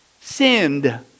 sinned